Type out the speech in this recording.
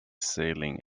sailing